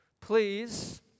please